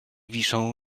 wiszą